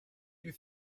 you